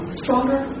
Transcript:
stronger